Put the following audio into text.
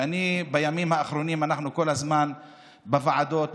ובימים האחרונים כל הזמן בוועדות,